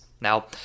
Now